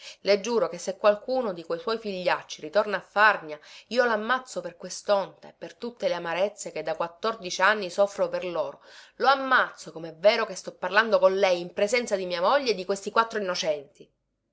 le giuro che se qualcuno di quei suoi figliacci ritorna a farnia io lo ammazzo per questonta e per tutte le amarezze che da quattordici anni soffro per loro lo ammazzo comè vero che sto parlando con lei in presenza di mia moglie e di questi quattro innocenti